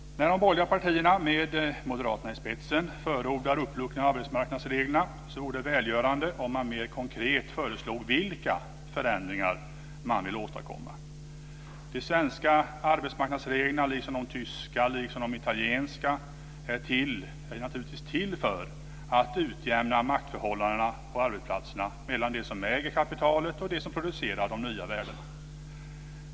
När de borgerliga partierna med moderaterna i spetsen förordar uppluckring av arbetsmarknadsreglerna vore det välgörande om man mer konkret föreslog vilka förändringar man vill åstadkomma. De svenska arbetsmarknadsreglerna, liksom de tyska och italienska, är naturligtvis till för att utjämna maktförhållandena på arbetsplatserna mellan dem som äger kapitalet och dem som producerar de nya värdena.